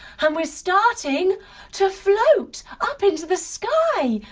um we're starting to float up into the sky.